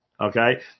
Okay